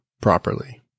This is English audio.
properly